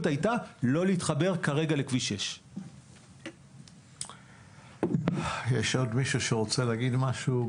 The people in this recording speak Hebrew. הייתה לא להתחבר כרגע לכביש 6. יש עוד מישהו שרוצה להתייחס?